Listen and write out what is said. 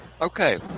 Okay